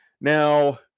Now